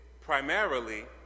primarily